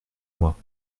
moi